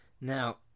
Now